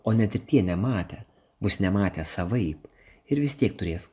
o net ir tie nematę bus nematę savaip ir vis tiek turės